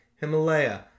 Himalaya